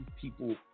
people